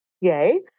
Yay